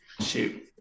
shoot